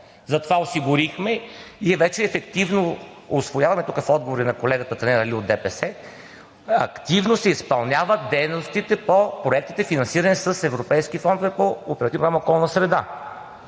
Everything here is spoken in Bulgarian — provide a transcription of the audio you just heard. Затова осигурихме и вече ефективно усвояваме – тук в отговор и на колегата Танер Али от ДПС, активно се изпълняват дейностите по проектите, финансирани с европейски фондове по Оперативна програма